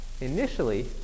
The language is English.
Initially